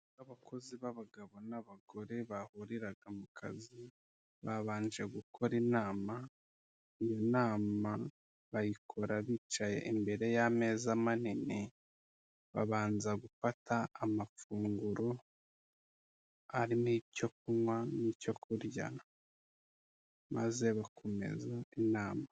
Abakozi babagabo n'abagore bahuriraga mu kazi, babanje gukora inama, iyo nama bayikora bicaye imbere y'ameza manini, babanza gufata amafunguro, arimo icyo kunywa n'icyo kurya, maze bakomeza inama.